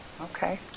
okay